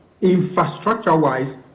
infrastructure-wise